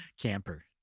camper